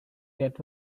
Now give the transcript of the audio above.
that